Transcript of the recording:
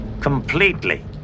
Completely